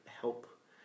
help